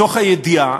מתוך הידיעה,